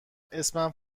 اسمم